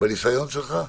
בניסיון שלך?